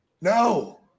No